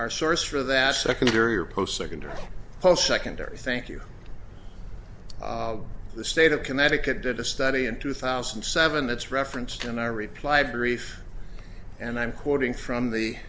our source for that secondary or post secondary post secondary thank you the state of connecticut did a study in two thousand and seven that's referenced in our reply brief and i'm quoting from the